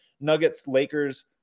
Nuggets-Lakers